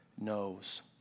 knows